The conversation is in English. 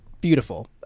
Beautiful